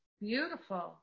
beautiful